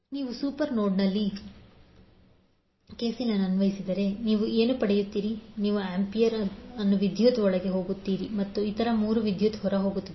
ನೀವು ಸೂಪರ್ ನೋಡ್ನಲ್ಲಿ ಕೆಸಿಎಲ್ ಅನ್ನು ಅನ್ವಯಿಸಿದರೆ ನೀವು ಏನು ಪಡೆಯುತ್ತೀರಿ ನೀವು ಆಂಪಿಯರ್ ಅನ್ನು ವಿದ್ಯುತ್ ಒಳಗೆ ಹೋಗುತ್ತೀರಿ ಮತ್ತು ಇತರ 3 ವಿದ್ಯುತ್ ಹೊರಹೋಗುತ್ತವೆ